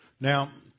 Now